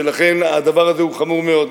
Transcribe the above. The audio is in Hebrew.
ולכן הדבר הזה הוא חמור מאוד.